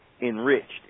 enriched